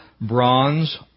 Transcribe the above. bronze